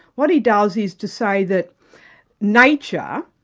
what he does is to say that nature,